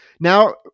Now